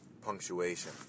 punctuation